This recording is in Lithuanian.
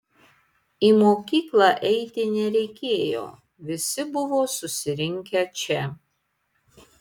į mokyklą eiti nereikėjo visi buvo susirinkę čia